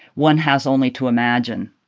one has only to imagine.